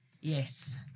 Yes